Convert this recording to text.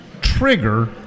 trigger